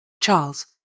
Charles